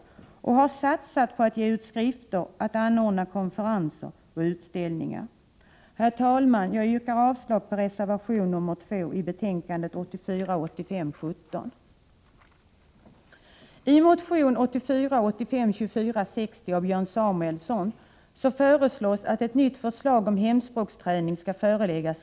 Rådet har också satsat på att ge ut skrifter och ordna konferenser och utställningar. Herr talman! Jag yrkar avslag på reservation nr 2 i betänkandet 1984/ 85:17.